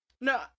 No